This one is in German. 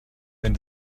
wenn